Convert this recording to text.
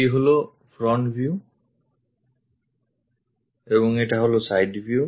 এটা হলো front view এবং এটা হলো সাইড ভিউ